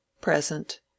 Present